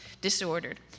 disordered